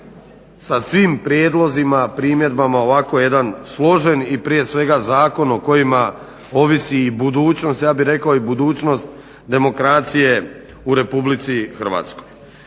sa svim prijedlozima, primjedbama ovako jedan složen i prije svega zakon o kojima ovisi budućnost, ja bih rekao budućnost demokracije u RH. Dakle